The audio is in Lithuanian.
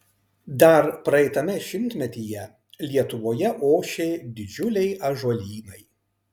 dar praeitame šimtmetyje lietuvoje ošė didžiuliai ąžuolynai